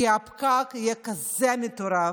כי הפקק יהיה כזה מטורף,